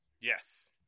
Yes